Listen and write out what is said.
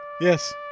Yes